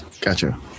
gotcha